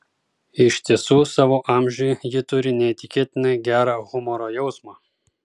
iš tiesų savo amžiui ji turi neįtikėtinai gerą humoro jausmą